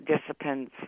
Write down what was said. disciplines